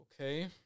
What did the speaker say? Okay